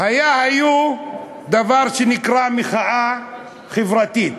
היה היה דבר שנקרא מחאה חברתית.